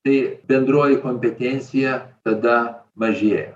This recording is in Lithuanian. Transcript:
tai bendroji kompetencija tada mažėja